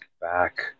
back